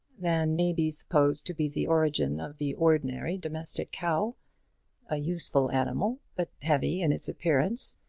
than may be supposed to be the origin of the ordinary domestic cow a useful animal, but heavy in its appearance,